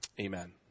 Amen